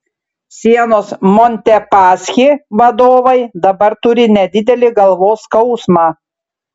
sienos montepaschi vadovai dabar turi nedidelį galvos skausmą